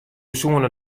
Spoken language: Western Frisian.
soene